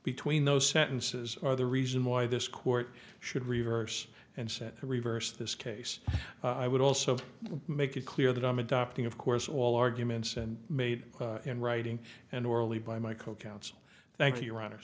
between those sentences are the reason why this court should reverse and sent to reverse this case i would also make it clear that i'm adopting of course all arguments and made in writing and orally by my co counsel thank you run